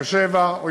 באר-שבע,